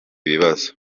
bibazo